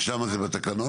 ושם זה בתקנון,